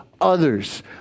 others